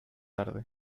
tarde